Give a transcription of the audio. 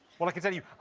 well, i can tell you,